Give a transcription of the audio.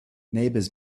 neighbors